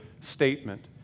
statement